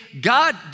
God